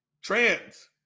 Trans